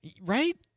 right